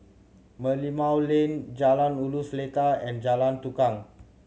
Merlimau Lane Jalan Ulu Seletar and Jalan Tukang